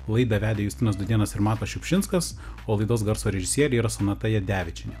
laidą vedė justinas dudėnas ir matas šiupšinskas o laidos garso režisierė yra sonata jadevičienė